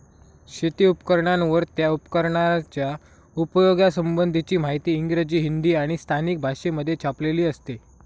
शेती उपकरणांवर, त्या उपकरणाच्या उपयोगा संबंधीची माहिती इंग्रजी, हिंदी आणि स्थानिक भाषेमध्ये छापलेली असते